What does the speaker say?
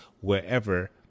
wherever